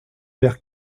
vers